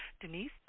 Denise